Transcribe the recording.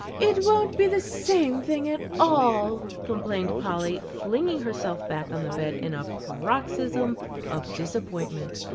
it won't be the same thing at all, complained polly, flinging herself back on the bed in a paroxysm of disappointment.